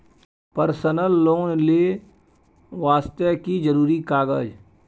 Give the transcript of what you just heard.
Personal loan ले वास्ते की जरुरी कागज?